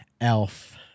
Elf